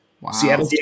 Wow